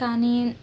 కానీ